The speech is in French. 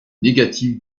négatif